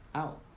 out